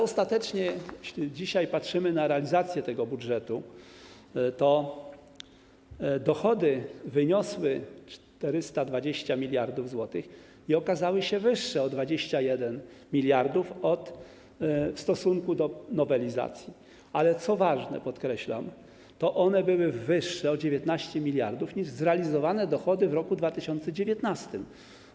Ostatecznie, jeśli dzisiaj patrzymy na realizację tego budżetu, dochody wyniosły 420 mld zł i okazały się wyższe o 21 mld zł w stosunku do nowelizacji, a co ważne, podkreślam, one były wyższe o 19 mld zł niż zrealizowane dochody w roku 2019.